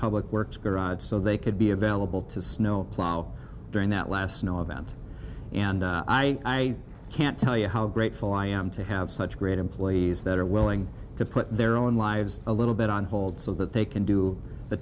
public works so they could be available to snowplow during that last know about and i can't tell you how grateful i am to have such great employees that are willing to put their own lives a little bit on hold so that they can do the